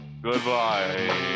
Goodbye